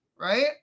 right